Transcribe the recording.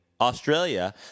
Australia